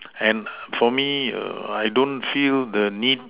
and for me err I don't feel the need